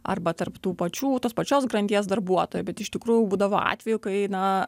arba tarp tų pačių tos pačios grandies darbuotojų bet iš tikrųjų būdavo atvejų kai na